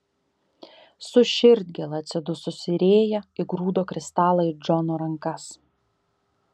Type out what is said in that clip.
su širdgėla atsidususi rėja įgrūdo kristalą į džono rankas